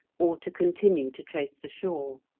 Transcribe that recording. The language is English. or to continue to trace the shore.